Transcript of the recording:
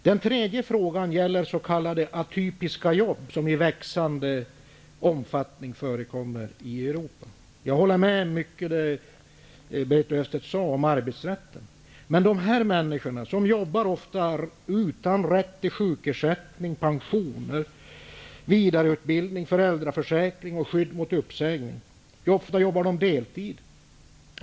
Min tredje fråga gäller s.k. atypiska jobb, som i växande omfattning förekommer i Europa. Jag håller med om mycket av det Berit Löfstedt sade om arbetsrätten. Dessa människor arbetar ofta utan rätt till sjukersättning, pensioner, vidareutbildning, föräldraförsäkring och skydd mot uppsägning. Ofta jobbar de deltid.